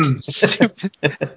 Stupid